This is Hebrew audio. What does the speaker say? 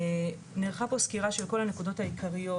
נערכה פה סקירה של כל הנקודות העיקריות,